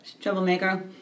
Troublemaker